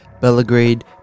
Belgrade